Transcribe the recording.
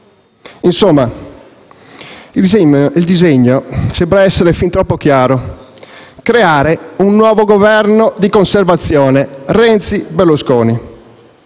Insomma, il disegno sembra essere fin troppo chiaro: creare un nuovo Governo di conservazione, Renzi-Berlusconi.